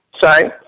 Sorry